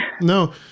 No